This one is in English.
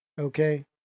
Okay